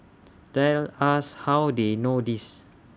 tell us how they know this